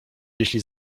jeśli